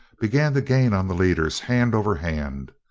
began to gain on the leaders hand over hand.